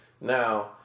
now